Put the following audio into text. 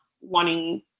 wanting